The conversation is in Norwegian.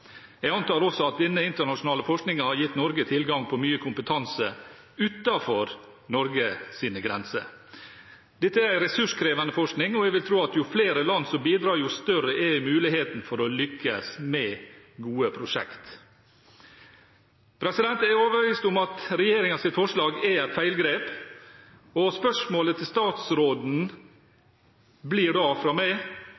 Jeg antar også at denne internasjonale forskningen har gitt Norge tilgang på mye kompetanse utenfor Norges grenser. Dette er en ressurskrevende forskning, og jeg vil tro at jo flere land som bidrar, jo større er muligheten for å lykkes med gode prosjekt. Jeg er overbevist om at regjeringens forslag er et feilgrep, og spørsmålet til statsråden